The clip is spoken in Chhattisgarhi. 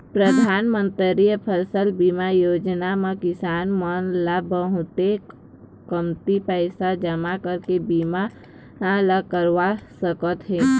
परधानमंतरी फसल बीमा योजना म किसान मन ल बहुते कमती पइसा जमा करके बीमा ल करवा सकत हे